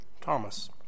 Thomas